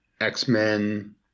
X-Men